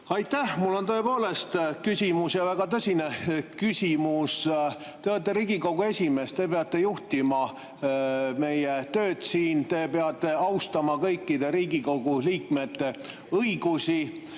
Aitäh! Mul on tõepoolest küsimus ja väga tõsine küsimus. Te olete Riigikogu esimees, te peate juhtima meie tööd siin, te peate austama kõikide Riigikogu liikmete õigusi,